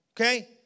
Okay